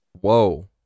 Whoa